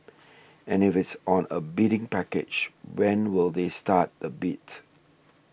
and if it's on a bidding package when will they start the bid